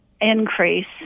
increase